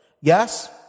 Yes